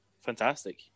fantastic